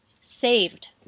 saved